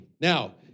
Now